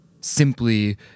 simply